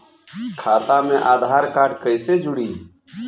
खाता मे आधार कार्ड कईसे जुड़ि?